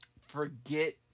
Forget